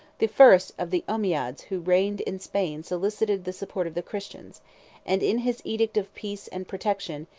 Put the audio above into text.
the first of the ommiades who reigned in spain solicited the support of the christians and in his edict of peace and protection,